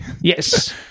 Yes